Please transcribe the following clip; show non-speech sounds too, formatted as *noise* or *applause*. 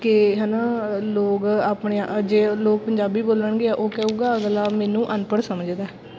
ਕਿ ਹੈ ਨਾ ਲੋਕ ਆਪਣੇ *unintelligible* ਲੋਕ ਪੰਜਾਬੀ ਬੋਲਣਗੇ ਉਹ ਕਹੇਗਾ ਅਗਲਾ ਮੈਨੂੰ ਅਨਪੜ੍ਹ ਸਮਝਦਾ